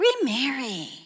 remarry